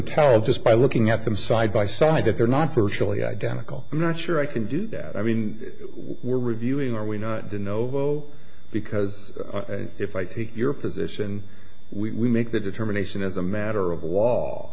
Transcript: tell just by looking at them side by side that they're not virtually identical i'm not sure i can do that i mean we're reviewing are we not the noble because if i take your position we make the determination as a matter of wall